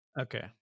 Okay